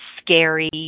scary